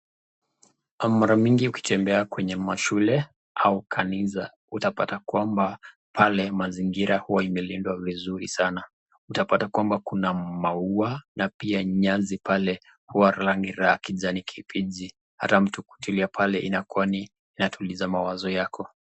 Mara mingi ukitembea kwenya mashule au kanisa, utapata kwamba pale mazingira huwa imelindwa vizuri sana. Utapata kwamba kuna maua na pia nyasi pale huwa rangi la kijani kibichi. Hata mtu kutulia pale inakuwa inatuliza mawazo yako.